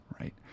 right